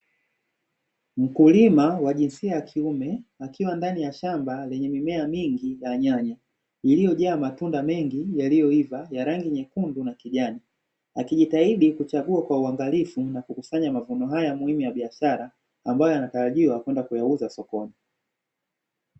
Mkulima wa jinsia ya kiume, akiwa ndani ya shamba lenye mimea mingi ya nyanya iliyojaa matunda mengi yaliyoiva ya rangi nyekundu, na kijani akijitahidi kuchagua kwa uwangalifu na kukusanya mavuno haya muhimu ya biashara ambayo yanatarajiwa kwenda kuyauza sokoni.